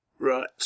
Right